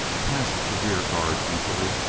passed the rear guard easily,